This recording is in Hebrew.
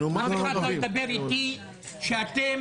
אף